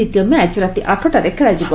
ଦିତୀୟ ମ୍ୟାଚ୍ ରାତି ଆଠଟାରେ ଖେଳାଯିବ